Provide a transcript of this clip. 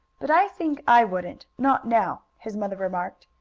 but i think i wouldn't not now, his mother remarked.